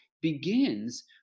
begins